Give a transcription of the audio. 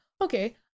okay